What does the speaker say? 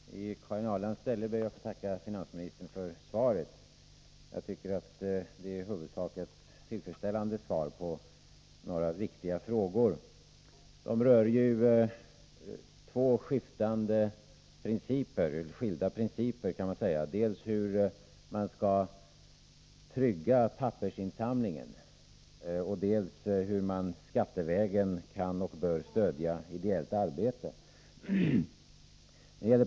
Herr talman! I Karin Ahrlands ställe ber jag att få tacka finansministern för svaret. Jag tycker att det är ett i huvudsak tillfredsställande svar på några viktiga frågor. De rör två skilda principer, kan man säga, dels hur man skall trygga pappersinsamlingen, dels hur man skattevägen kan och bör stödja ideellt arbete.